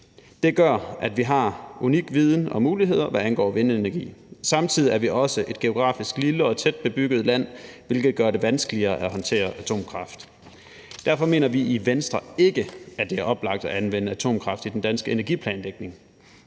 Det gør, at vi har unik viden om muligheder, hvad angår vindenergi. Samtidig er vi også geografisk et lille og tætbebygget land, hvilket gør det vanskeligere at håndtere atomkraft. Derfor mener vi i Venstre ikke, at det er oplagt at anvende atomkraft i den danske energiplanlægning,